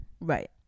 right